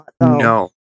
No